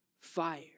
fire